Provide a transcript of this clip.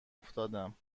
افتادم